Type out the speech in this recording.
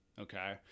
Okay